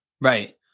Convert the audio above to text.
Right